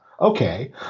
Okay